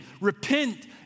Repent